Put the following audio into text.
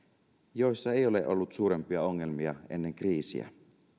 joissa ei ole ollut suurempia ongelmia ennen kriisiä